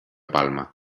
palma